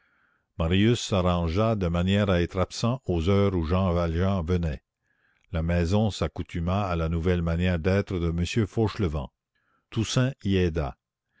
marius s'arrangea de manière à être absent aux heures où jean valjean venait la maison s'accoutuma à la nouvelle manière d'être de m fauchelevent toussaint y aida